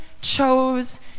chose